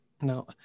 No